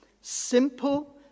simple